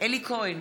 אלי כהן,